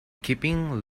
keeping